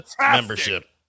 membership